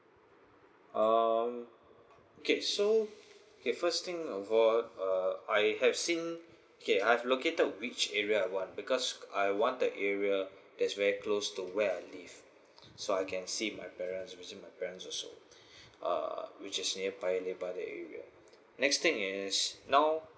um okay so okay first thing of all uh I have seen okay I've located which area I want because I want the area that is very close to where I live so I can see my parents visiting my parents or so uh which is nearby the area next thing is now